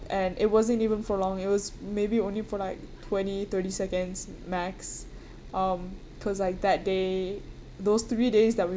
and it wasn't even for long it was maybe only for like twenty thirty seconds max um because like that day those three days that